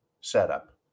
setup